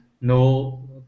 No